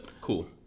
Cool